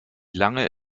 lange